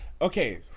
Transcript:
okay